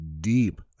deep